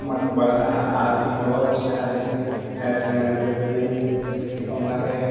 मकबरा आदि बहुत सारे ऐसे हैं जैसे कि हमारे